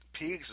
pigs